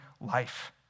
life